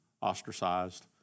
ostracized